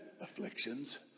afflictions